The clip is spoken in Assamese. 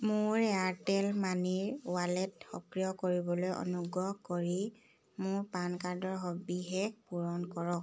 মোৰ এয়াৰটেল মানিৰ ৱালেট সক্ৰিয় কৰিবলৈ অনুগ্ৰহ কৰি মোৰ পান কাৰ্ডৰ সবিশেষ পূৰণ কৰক